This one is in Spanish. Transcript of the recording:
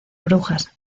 brujas